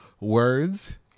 words